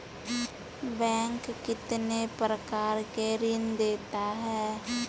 Bank कितने प्रकार के ऋण देता है?